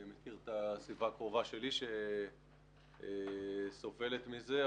אני מכיר את הסביבה הקרובה שלי שסובלת מזה.